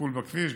טיפול בכביש.